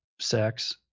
sex